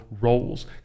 roles